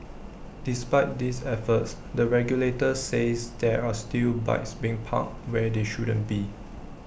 despite these efforts the regulator says there are still bikes being parked where they shouldn't be